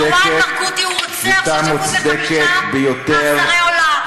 מרואן ברגותי הוא רוצח ששפוט לחמישה מאסרי עולם.